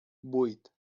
vuit